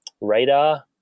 radar